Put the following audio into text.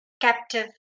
captive